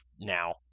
now